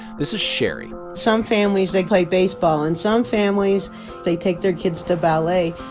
this is cherri some families they play baseball. and some families they take their kids to ballet.